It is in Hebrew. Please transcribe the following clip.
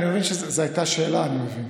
זו הייתה שאלה, אני מבין.